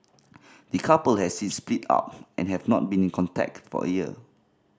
the couple have since split up and have not been in contact for a year